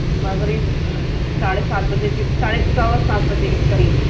مغرب ساڑھے سات بجے کے ساڑھے سوا سات بجے کے قریب